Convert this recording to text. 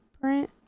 print